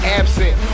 absent